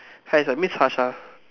!hais! I miss Fasha